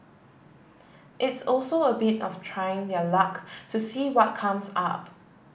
it's also a bit of trying their luck to see what comes up